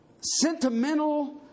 sentimental